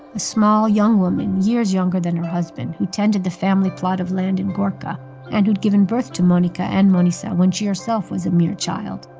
a small young woman years younger than her husband who tended the family plot of land in gorkha and who'd given birth to monika and manisha when she herself was a mere child.